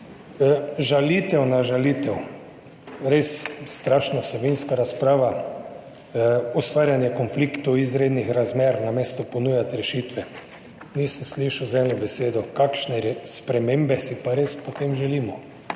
Žalitev na žalitev, res strašno vsebinska razprava, ustvarjanje konfliktov, izrednih razmer, namesto da bi ponujali rešitve. Z eno besedo nisem slišal, kakšne spremembe si pa res potem želimo,